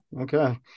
Okay